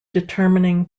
determining